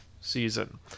season